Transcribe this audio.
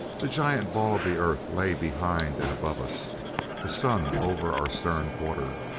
the giant ball of the earth lay behind and above us the sun over our stern quarter.